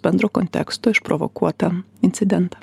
bendro konteksto išprovokuotą incidentą